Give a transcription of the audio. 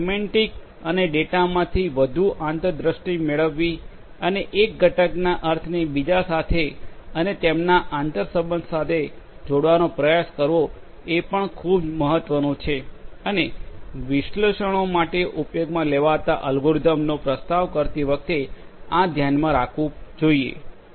semantics અને ડેટામાંથી વધુ આંતરદ્રષ્ટિ મેળવવી અને એક ઘટકના અર્થને બીજા સાથે અને તેમના આંતરસંબંધ સાથે જોડવાનો પ્રયાસ કરવો એ પણ ખૂબ મહત્વનું છે અને વિશ્લેષણો માટે ઉપયોગમાં લેવાતા અલ્ગોરિધમનો પ્રસ્તાવ કરતી વખતે આ ધ્યાનમાં રાખવું જોઈએ